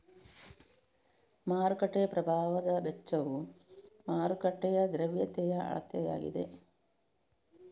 ಮಾರುಕಟ್ಟೆ ಪ್ರಭಾವದ ವೆಚ್ಚವು ಮಾರುಕಟ್ಟೆಯ ದ್ರವ್ಯತೆಯ ಅಳತೆಯಾಗಿದೆ